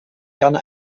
gerne